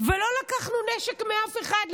ולא לקחנו נשק מאף אחד.